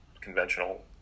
conventional